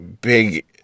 big